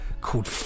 called